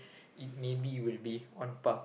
it may be will be on par